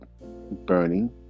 burning